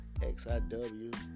XIW